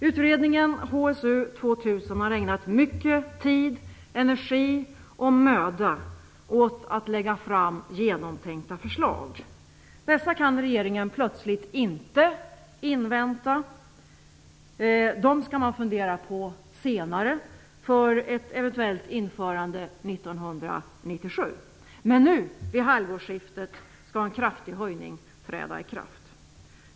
Utredningen HSU 2000 har ägnat mycken tid, energi och möda åt att lägga fram genomtänkta förslag. Dessa kan regeringen plötsligt inte invänta. De skall man fundera på senare för ett eventuellt införande år 1997. Men nu vid halvårsskiftet skall en kraftig höjning träda i kraft.